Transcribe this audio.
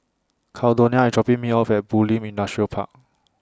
Caldonia IS dropping Me off At Bulim Industrial Park